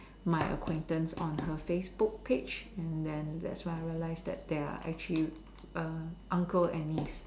my acquaintance on her Facebook page and then that's when I realised that they are actually err uncle and niece